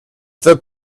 the